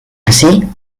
así